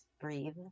breathe